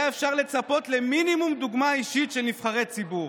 היה אפשר לצפות למינימום דוגמה אישית של נבחרי ציבור".